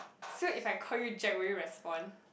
so if I called you Jack would you respond